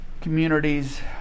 communities